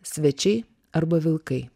svečiai arba vilkai